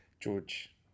George